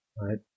right